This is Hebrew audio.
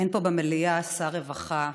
אין פה במליאה שר רווחה,